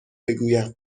بگویم